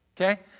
okay